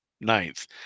Ninth